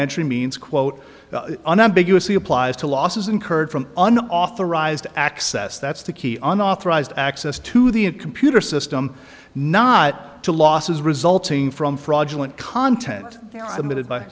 entry means quote unambiguously applies to losses incurred from an authorized access that's the key unauthorized access to the a computer system not to losses resulting from fraudulent content limited by